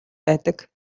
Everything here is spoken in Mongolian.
байдаг